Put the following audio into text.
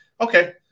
okay